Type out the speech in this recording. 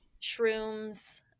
shrooms